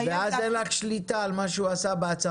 --- ואז אין לך שליטה על מה שהוא עשה בהצהרה.